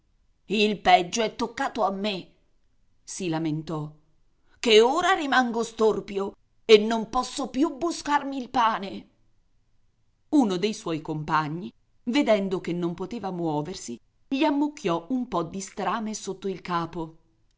il peggio è toccato a me si lamentò che ora rimango storpio e non posso più buscarmi il pane uno dei suoi compagni vedendo che non poteva muoversi gli ammucchiò un po di strame sotto il capo